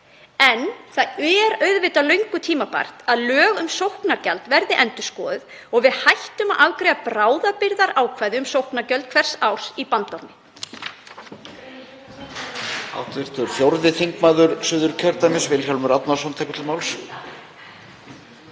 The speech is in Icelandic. En það er auðvitað löngu tímabært að lög um sóknargjöld verði endurskoðuð og við hættum að afgreiða bráðabirgðaákvæði um sóknargjöld hvers árs í bandormi.